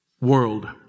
world